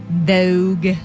Vogue